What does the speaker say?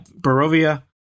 Barovia